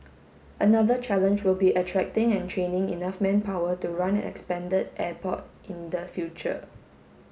another challenge will be attracting and training enough manpower to run an expanded airport in the future